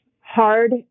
hard